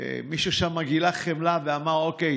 ומישהו שם גילה חמלה ואמר: אוקיי.